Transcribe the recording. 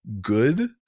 good